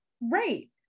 Right